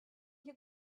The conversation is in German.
hier